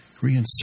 reinsert